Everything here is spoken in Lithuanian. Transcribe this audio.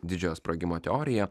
didžiojo sprogimo teorija